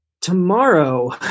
tomorrow